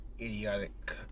idiotic